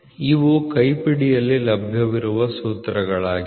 ಇವು ಕೈಪಿಡಿಯಲ್ಲಿ ಲಭ್ಯವಿರುವ ಸೂತ್ರಗಳಾಗಿವೆ